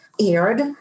aired